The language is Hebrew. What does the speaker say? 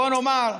בואו נאמר,